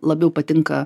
labiau patinka